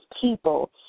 people